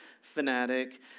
fanatic